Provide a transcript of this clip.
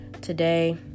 today